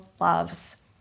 loves